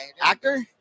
actor